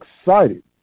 excited